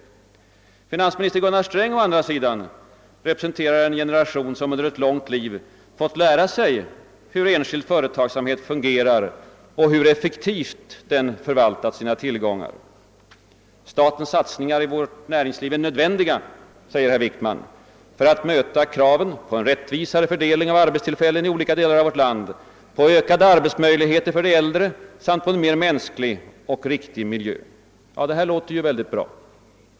Finansminister Gunnar Sträng å andra sidan representerar en generation som under ett långt liv fått lära sig hur enskild företagsamhet fungerar och hur effektivt den förvaltat sina tillgångar. Statens satsningar i vårt näringsliv är nödvändiga, säger herr Wickman, för att möta kraven på en rättvisare fördelning av arbetstillfällen i olika delar av vårt land, på ökade arbetsmöjligheter för de äldre samt på en mer mänsklig och riktig miljö. Ja, herr talman, det låter ju väldigt bra.